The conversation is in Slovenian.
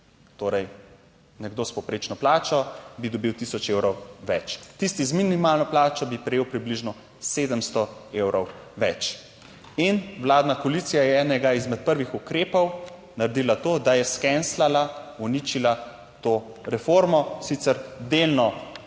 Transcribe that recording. Torej nekdo s povprečno plačo bi dobil 1000 evrov več, tisti z minimalno plačo bi prejel približno 700 evrov več. In vladna koalicija je enega izmed prvih ukrepov naredila to, da je skenslala, uničila to reformo, sicer delno